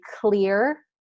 clear